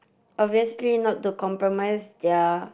obviously not to compromise their